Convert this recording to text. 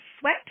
sweat